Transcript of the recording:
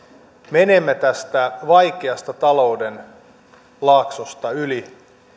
menemme tästä vaikeasta talouden laaksosta yli